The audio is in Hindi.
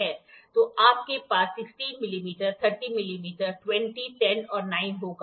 तो आपके पास 16 मिलीमीटर 30 मिलीमीटर 2010 और 9 होगा